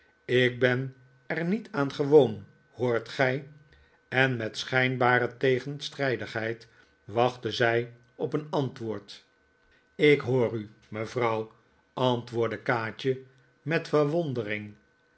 ik ben er niet aan gewoon hoort gij en met schijnbare tegenstrijdigheid wachtte zij op een antwoord ik hoor u mevrouw antwoordde kaatje met verwondering